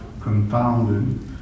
confounded